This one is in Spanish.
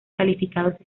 calificados